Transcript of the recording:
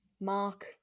Mark